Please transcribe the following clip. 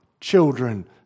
children